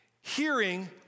hearing